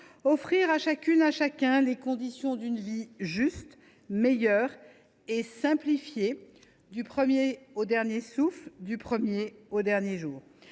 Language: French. offrir à chacune et à chacun les conditions d’une vie juste, meilleure et simplifiée, du premier au dernier souffle, du premier au dernier jour.